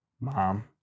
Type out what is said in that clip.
Mom